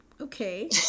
okay